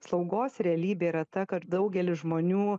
slaugos realybė yra ta kad daugelis žmonių